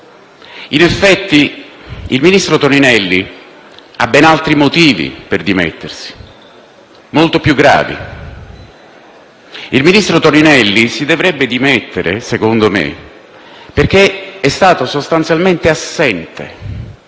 In effetti, il ministro Toninelli ha ben altri motivi per dimettersi, molto più gravi. Il ministro Toninelli si dovrebbe dimettere - secondo me - perché è stato sostanzialmente assente